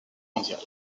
mondiale